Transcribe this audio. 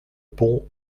pont